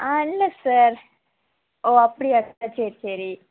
ஆ இல்லை சார் ஓ அப்படியா சார் சரி சரி